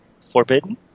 forbidden